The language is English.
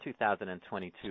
2022